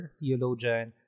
theologian